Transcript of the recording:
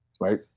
right